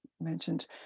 mentioned